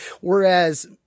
Whereas